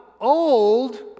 old